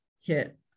hit